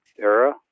era